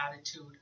attitude